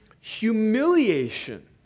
humiliation